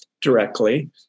directly